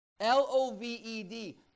L-O-V-E-D